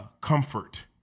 comfort